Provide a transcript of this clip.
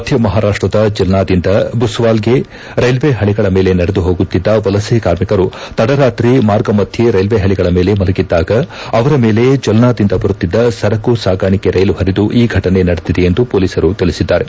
ಮಧ್ಯ ಮಹಾರಾಷ್ಟರ ಜಲ್ನಾದಿಂದ ಬುಸ್ತಾಲ್ಗೆ ರೈಲ್ವೆ ಪಳಿಗಳ ಮೇಲೆ ನಡೆದು ಹೋಗುತ್ತಿದ್ದ ವಲಸೆ ಕಾರ್ಮಿಕರು ತಡರಾತ್ರಿ ಮಾರ್ಗ ಮಧ್ಯೆ ರೈಲ್ವೆ ಹಳಗಳ ಮೇಲೆ ಮಲಗಿದ್ದಾಗ ಅವರ ಮೇಲೆ ಜಲ್ನಾದಿಂದ ಬರುತ್ತಿದ್ದ ಸರಕು ಸಾಗಾಣಿಕೆ ರೈಲು ಪರಿದು ಈ ಘಟನೆ ನಡೆದಿದೆ ಎಂದು ಮೊಲೀಸರು ತಿಳಿಸಿದ್ದಾರೆ